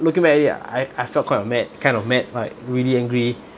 looking back at it I I felt quite a mad kind of mad like really angry